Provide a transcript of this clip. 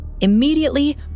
Immediately